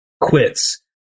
quits